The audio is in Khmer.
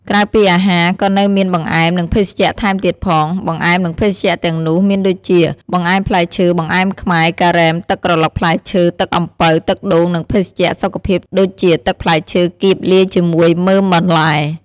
ក្រៅពីអាហារ ក៏នៅមានបង្អែម និងភេសជ្ជៈថែមទៀតផង។ បង្អែម និងភេសជ្ជៈទាំងនោះមានដូចជា បង្អែមផ្លែឈើ បង្អែមខ្មែរ ការ៉េម ទឹកក្រឡុកផ្លែឈើ ទឹកអំពៅ ទឹកដូង និងភេសជ្ជៈសុខភាពដូចជាទឹកផ្លែឈើគៀបលាយជាមួយមើមបន្លែ។